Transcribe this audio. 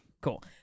Cool